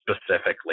specifically